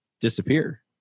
disappear